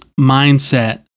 mindset